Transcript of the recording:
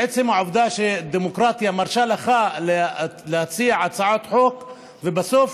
עצם העובדה שדמוקרטיה מרשה לך להציע הצעת חוק ובסוף